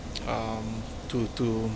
um to to